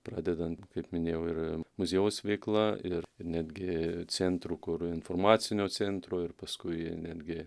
pradedant kaip minėjau ir muziejaus veikla ir netgi centrų kur informacinio centro ir paskui netgi